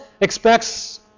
expects